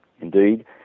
Indeed